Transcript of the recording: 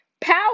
Power